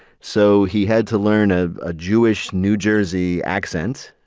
so he had to learn a ah jewish, new jersey accent.